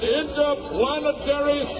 interplanetary